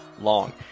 long